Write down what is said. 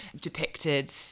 depicted